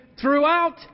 throughout